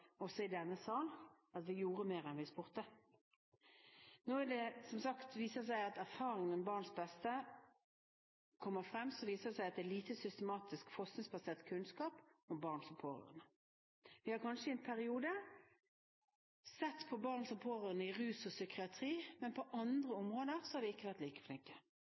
også i denne sal, at vi gjorde mer enn vi spurte. Det viser seg, når erfaringene med BarnsBeste kommer frem, at det er lite systematisk forskningsbasert kunnskap om barn som pårørende. Vi har kanskje i en periode sett på barn som pårørende når det gjelder rus og psykiatri, men på andre områder har vi ikke vært like flinke.